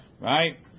right